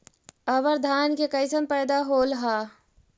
अबर धान के कैसन पैदा होल हा?